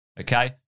Okay